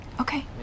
Okay